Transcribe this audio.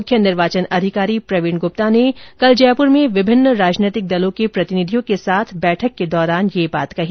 मुख्य निर्वाचन अधिकारी प्रवीण गुप्ता ने कल जयपुर में विभिन्न राजनैतिक दलों के प्रतिनिधियों के साथ बैठक के दौरान यह बात कही